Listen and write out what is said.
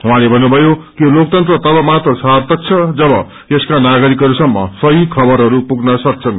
उहाँले भन्नुषयो कि लोकतन्त्र तब मात्र सार्यक छ जब यसो नागरिकहरूसम्म सही खबरहरू पुग्न सक्छन्